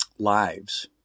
Lives